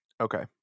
Okay